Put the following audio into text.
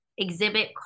exhibit